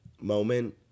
moment